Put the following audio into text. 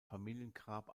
familiengrab